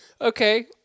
Okay